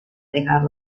dejar